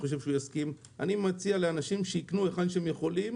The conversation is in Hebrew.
אני מציע לאנשים לקנות היכן שהם יכולים